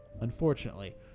unfortunately